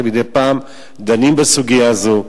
שמדי פעם דנה בסוגיה הזאת,